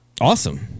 Awesome